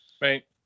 Right